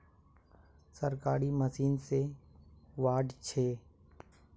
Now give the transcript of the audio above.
सरकारी मशीन से कार्ड छै?